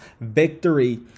victory